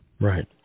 Right